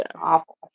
awful